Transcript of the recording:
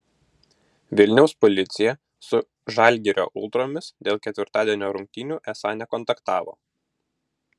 vilniaus policija su žalgirio ultromis dėl ketvirtadienio rungtynių esą nekontaktavo